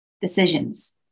decisions